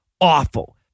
awful